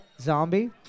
Zombie